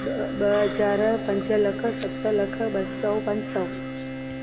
ॿ ॿ हज़ार पंज लख सत लख ॿ सौ पंज सौ